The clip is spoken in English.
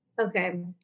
okay